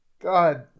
god